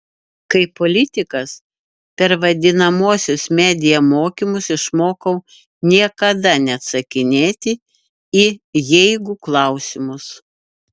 kaip politikas per vadinamuosius media mokymus išmokau niekada neatsakinėti į jeigu klausimus